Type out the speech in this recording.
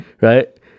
right